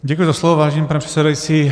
Děkuji za slovo, vážený pane předsedající.